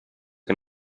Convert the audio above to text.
che